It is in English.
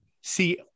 see